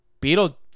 Beetle